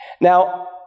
Now